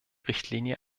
richtlinie